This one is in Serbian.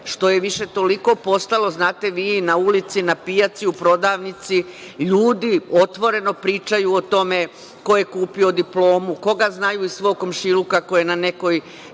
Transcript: što je više toliko postalo, znate, vi na ulici, na pijaci, u prodavnici, ljudi otvoreno pričaju o tome ko je kupio diplomu, koga znaju iz svog komšiluka koji je na nekoj